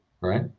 right